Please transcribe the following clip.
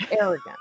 arrogant